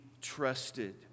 trusted